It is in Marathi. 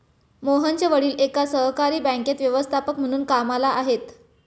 मोहनचे वडील एका सहकारी बँकेत व्यवस्थापक म्हणून कामला आहेत